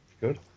good